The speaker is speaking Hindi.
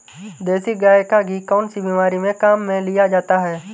देसी गाय का घी कौनसी बीमारी में काम में लिया जाता है?